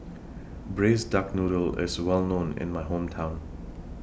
Braised Duck Noodle IS Well known in My Hometown